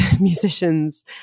musicians